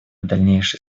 дальнейшей